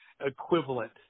equivalent